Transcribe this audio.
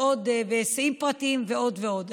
היסעים פרטיים ועוד ועוד.